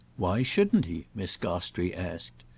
why shouldn't he? miss gostrey asked.